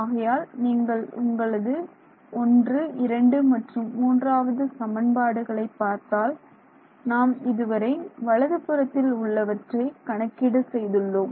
ஆகையால் நீங்கள் உங்களது 12 மற்றும் மூன்றாவது சமன்பாடுகளை பார்த்தால் நாம் இதுவரை வலது புறத்தில் உள்ளவற்றை கணக்கீடு செய்துள்ளோம்